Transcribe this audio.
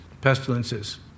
pestilences